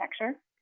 architecture